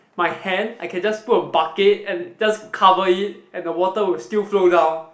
my hand I can just put a bucket and just cover it and the water will still flow down